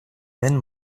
den